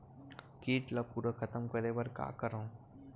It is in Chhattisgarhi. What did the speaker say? कीट ला पूरा खतम करे बर का करवं?